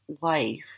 life